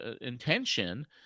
intention